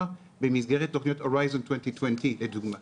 במסגרת תוכניות הורייזן 2020 לדוגמה.